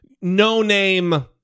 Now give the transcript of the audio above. no-name